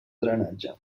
drenatge